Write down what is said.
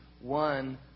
one